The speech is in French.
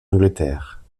angleterre